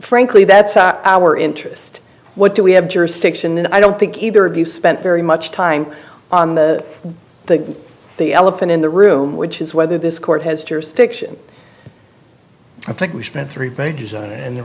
frankly that's our interest what do we have jurisdiction and i don't think either of you spent very much time on the the the elephant in the room which is whether this court has jurisdiction i think we spent three pages on it and the